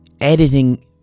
editing